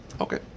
Okay